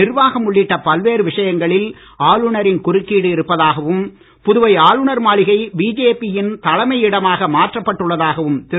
நிர்வாகம் உள்ளிட்ட பல்வேறு விஷயங்களில் ஆளுநரின் குறுக்கீடு இருப்பதாகவும் ஆளுநர் மாளிகை பிஜேபியின் புதுவை தலைமையிடமாக மாற்றப் பட்டுள்ளதாகவும் திரு